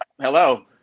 Hello